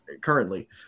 currently